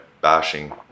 bashing